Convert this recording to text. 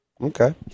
Okay